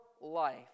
life